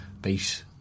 base